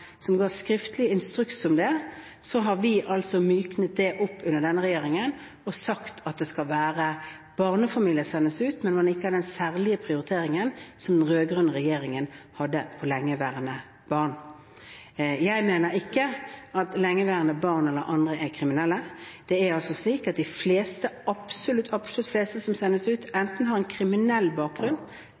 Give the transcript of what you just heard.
som ga skriftlig instruks om det, har vi altså under denne regjeringen myket opp og sagt at det skal være slik at barnefamilier sendes ut, men at man ikke gjør den særlige prioriteringen som den rød-grønne regjeringen hadde for lengeværende barn. Jeg mener ikke at lengeværende barn eller andre er kriminelle. Det er altså slik at absolutt de fleste som sendes ut, enten har en kriminell bakgrunn,